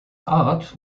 art